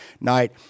night